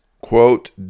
quote